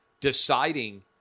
deciding